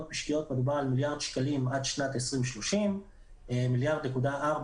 מדובר על מיליארד שקלים עד שנת 2030. 1.4